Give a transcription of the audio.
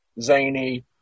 zany